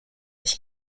ich